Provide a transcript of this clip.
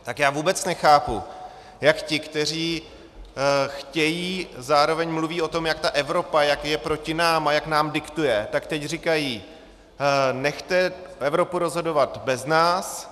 Tak já vůbec nechápu, jak ti, kteří chtějí, zároveň mluví o tom, jak je ta Evropa proti nám a jak nám diktuje, tak teď říkají: nechte Evropu rozhodovat bez nás.